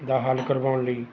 ਦਾ ਹੱਲ ਕਰਵਾਉਣ ਲਈ